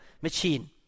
machine